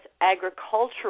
agricultural